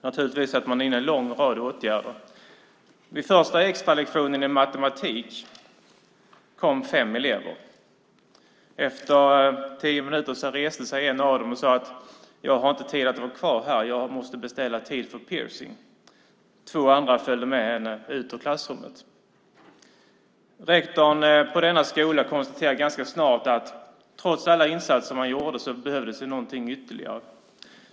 Naturligtvis satte man in en lång rad åtgärder. Vid den första extralektionen i matematik kom fem elever. Efter tio minuter reste sig en av dem och sade: Jag har inte tid att vara kvar här för jag måste beställa tid för piercing. Två andra följde med henne ut ur klassrummet. Rektorn på denna skola konstaterade ganska snart att trots alla insatser man gjorde behövdes det ytterligare någonting.